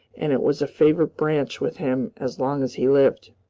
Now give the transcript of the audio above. and it was a favorite branch with him as long as he lived.